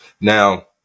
now